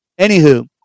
Anywho